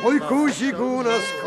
oi koks žygūnas